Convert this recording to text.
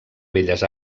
belles